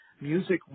music